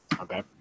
Okay